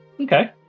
Okay